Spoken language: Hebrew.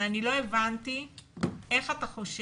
אבל אני לא הבנתי איך אתה חושב